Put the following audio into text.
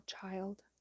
child